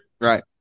Right